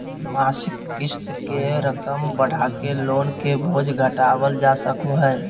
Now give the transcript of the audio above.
मासिक क़िस्त के रकम बढ़ाके लोन के बोझ घटावल जा सको हय